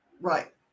Right